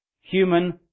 human